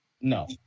No